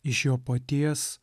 iš jo paties